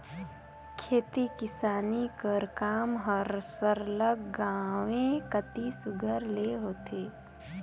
खेती किसानी कर काम हर सरलग गाँवें कती सुग्घर ले होथे